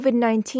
COVID-19